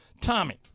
Tommy